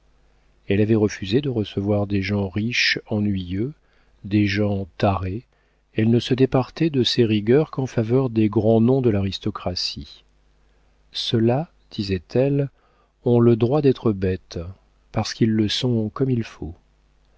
elle avait refusé de recevoir des gens riches ennuyeux des gens tarés elle ne se départait de ses rigueurs qu'en faveur des grands noms de l'aristocratie ceux-là disait-elle ont le droit d'être bêtes parce qu'ils le sont comme il faut